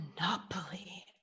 Monopoly